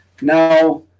now